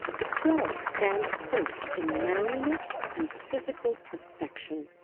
the crow stands first in manliness and physical perfection.